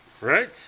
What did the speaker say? Right